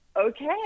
okay